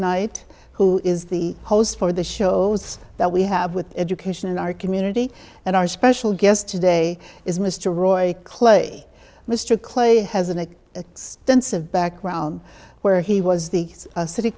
knight who is the host for the shows that we have with education in our community and our special guest today is mr roy clay mr clay has an extensive background where he was the city